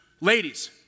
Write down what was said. Ladies